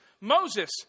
Moses